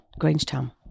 grangetown